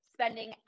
spending